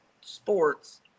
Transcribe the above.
sports